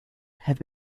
have